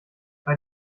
bei